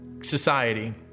society